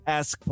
ask